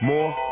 More